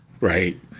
Right